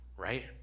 Right